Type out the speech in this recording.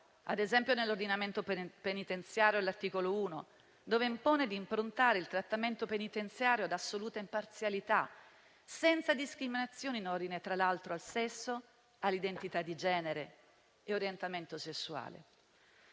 ad esempio, nell'ordinamento penitenziario all'articolo 1, dove impone di improntare il trattamento penitenziario ad assoluta imparzialità senza discriminazioni in ordine, tra l'altro, al sesso, all'identità di genere e all'orientamento sessuale.